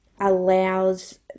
allows